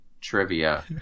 trivia